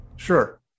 Sure